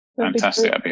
Fantastic